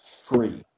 free